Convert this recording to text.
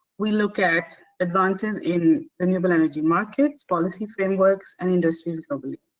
we look at advances in renewable energy markets, policy frameworks and industries globally.